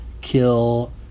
Kill